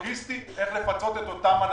הלוגיסטי איך לפצות את אותם אנשים.